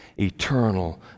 Eternal